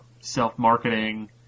self-marketing